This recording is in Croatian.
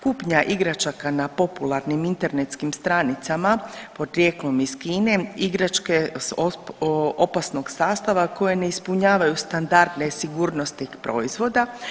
Kupnja igračaka na popularnim internetskim stranicama podrijetlom iz Kine igračke opasnog sastava koje ne ispunjavaju standardne sigurnosti proizvoda.